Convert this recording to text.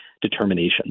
determination